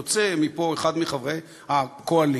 יוצא מפה אחד מחברי הקואליציה,